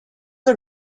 del